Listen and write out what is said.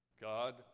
God